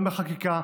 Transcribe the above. גם בחקיקה,